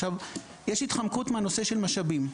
יש התחמקות מהנושא של משאבים.